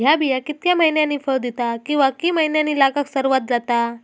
हया बिया कितक्या मैन्यानी फळ दिता कीवा की मैन्यानी लागाक सर्वात जाता?